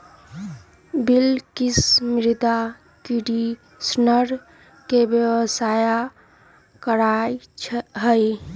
बिलकिश मृदा कंडीशनर के व्यवसाय करा हई